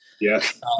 Yes